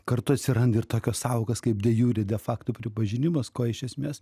kartu atsiranda ir tokios sąvokos kaip de jure de fakto pripažinimas ko iš esmės